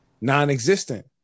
non-existent